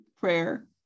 prayer